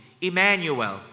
Emmanuel